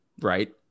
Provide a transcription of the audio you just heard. right